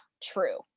true